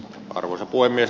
arvoisa puhemies